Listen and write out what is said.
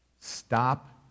Stop